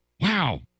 Wow